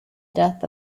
death